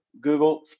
Google